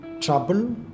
trouble